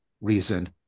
reason